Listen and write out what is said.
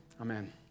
Amen